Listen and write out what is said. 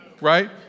right